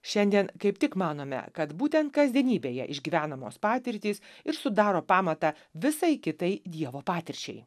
šiandien kaip tik manome kad būtent kasdienybėje išgyvenamos patirtys ir sudaro pamatą visai kitai dievo patirčiai